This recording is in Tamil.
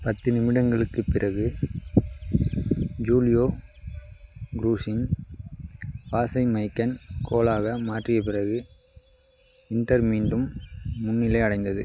பத்து நிமிடங்களுக்குப் பிறகு ஜூலியோ க்ரூஸின் பாஸை மைக்கன் கோலாக மாற்றிய பிறகு இன்டர் மீண்டும் முன்னிலை அடைந்தது